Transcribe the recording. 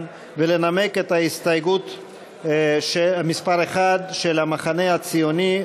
ולנמק את הסתייגות מס' 1 של המחנה הציוני.